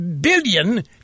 billion